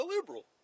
liberal